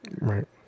right